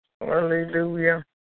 Hallelujah